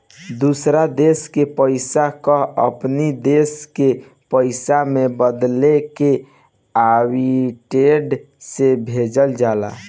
दूसर देस के पईसा कअ अपनी देस के पईसा में बदलके आर्बिट्रेज से भेजल जाला